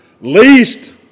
Least